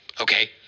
Okay